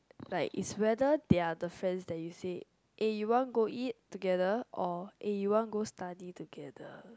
like it's whether their the friend that you say eh you want go eat together or eh you want go study together